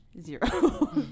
Zero